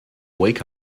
wake